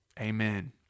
amen